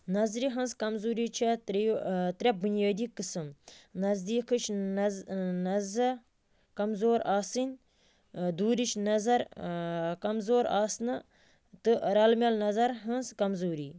نظرِ ہٕنٛز كمزوٗری چھِ ترٛیٚو ترٛےٚ بُنیٲدی قٕسم نٔزدیٖكٕھچ نَظ نظَر كمزور آسٕنۍ دوٗرِچ نظر كمزور آسنہٕ تہٕ رلہٕ مِلہٕ نظر ہٕنٛز كمزوٗری